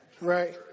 Right